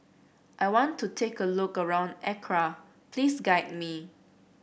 I want to have a look around Accra please guide me